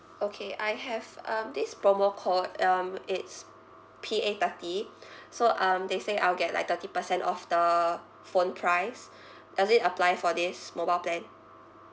okay I have um this promo code um it's P A thirty so um they say I'll get like thirty percent off the phone price does it apply for this mobile plan